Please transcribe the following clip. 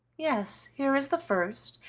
yes, here is the first,